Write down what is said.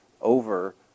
over